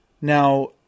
Now